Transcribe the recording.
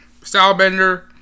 Stylebender